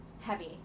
heavy